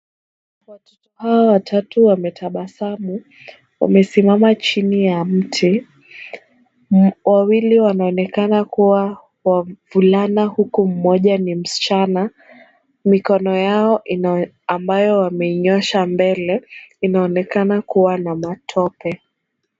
Watoto hawa watatu wametabasamu wamesimama chini ya mti, wawili wanaonekana kuwa wavulana huku mmoja ni msichana. Mikono yao ambayo wameinyoosha mbele inaonekana kuwa na matope.